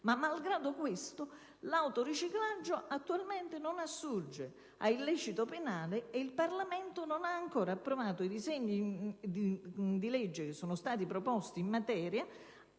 ma malgrado questo l'autoriciclaggio attualmente non assurge ad illecito penale e il Parlamento non ha ancora approvato i disegni di legge che sono stati proposti in materia